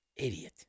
Idiot